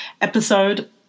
episode